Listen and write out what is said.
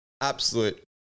Absolute